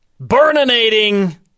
Burninating